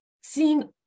Seeing